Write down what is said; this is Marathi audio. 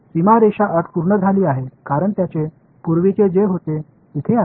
तर सीमारेषा अट पूर्ण झाली आहे कारण त्यांचे पूर्वीचे जे होते तिथे आहे